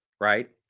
Right